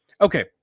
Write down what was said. Okay